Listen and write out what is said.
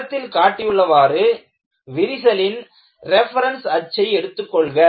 படத்தில் காட்டியுள்ளவாறு விரிசலின் ரெஃபரன்ஸ் அச்சை எடுத்துக் கொள்க